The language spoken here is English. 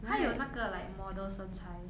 她有那个 like model 身材